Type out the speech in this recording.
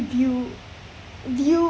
view view